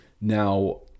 Now